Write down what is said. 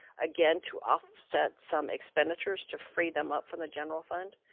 again to offset some expenditures to free them up from the general fund.